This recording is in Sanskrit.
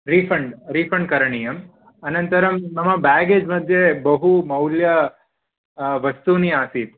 रीफण्ड् रीफण्ड् करणीयम् अनन्तरं मम बेग्गेज् मध्ये बहु मौल्य वस्तूनि आसीत्